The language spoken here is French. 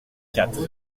quatre